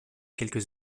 quelques